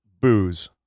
booze